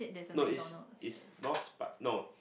no is is lost but no